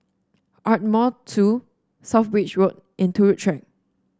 Ardmore Two South Bridge Road and Turut Track